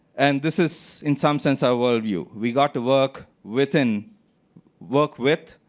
and this is, in some sense, our worlds view. we got to work within work with,